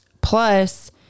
plus